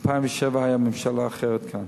ב-2007 היתה ממשלה אחרת כאן,